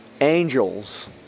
angels